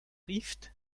rift